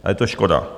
A je to škoda.